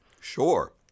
Sure